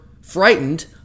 frightened